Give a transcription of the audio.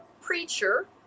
preacher